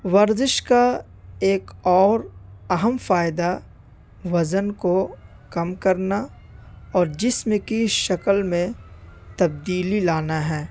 ورزش کا ایک اور اہم فائدہ وزن کو کم کرنا اور جسم کی شکل میں تبدیلی لانا ہے